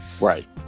right